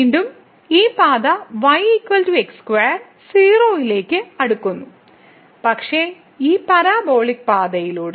വീണ്ടും ഈ പാത y x2 0 ലേക്ക് അടുക്കുന്നു പക്ഷേ ഈ പരാബോളിക് പാതയിലൂടെ